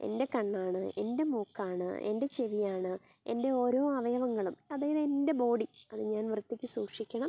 എൻ്റെ കണ്ണാണ് എൻ്റെ മൂക്കാണ് എൻ്റെ ചെവിയാണ് എൻ്റെ ഓരോ അവയവങ്ങളും അതായത് എൻ്റെ ബോഡി അത് ഞാൻ വൃത്തിക്ക് സൂക്ഷിക്കണം